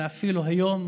ואפילו היום,